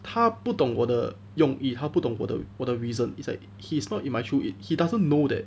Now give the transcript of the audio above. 他不懂我的用意他不懂我的我的 reason it's like he's not in my true it he doesn't know that